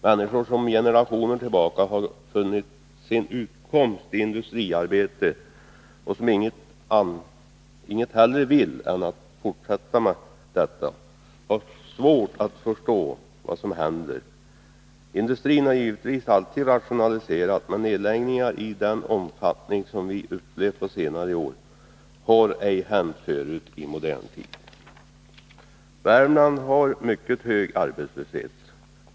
Människor, som generationer tillbaka har funnit sin utkomst i industriarbete och inget hellre vill än att fortsätta med detta, har svårt att förstå vad som händer. Industrin har givetvis alltid rationaliserat, men nedläggningar i den omfattning som vi upplevt på senare år har ej hänt förut i modern tid. Värmland har mycket hög arbetslöshet.